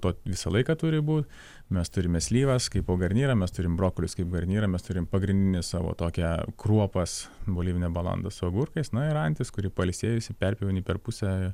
to visą laiką turi būt mes turime slyvas kaip pogarnyrą mes turim brokolius kaip garnyrą mes turim pagrindinę savo tokią kruopas bolivinė balanda su agurkais na ir antis kurį pailsėjusį perpjauni per pusę